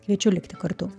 kviečiu likti kartu